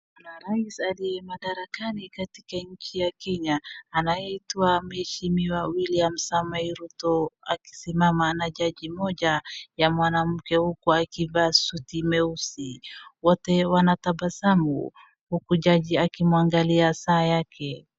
Kuna rais aliye madarakani katika nchi ya kenya anayeitwa mheshimiwa William Samoei Ruto akisimama na jaji mmoja wa mwanamke huku akivaa suti nyeusi. Wote wanatabasamu huku jaji akiiangalia saa yake.